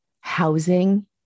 housing